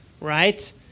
right